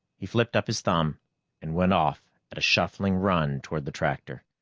he flipped up his thumb and went off at a shuffling run toward the tractor.